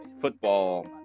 football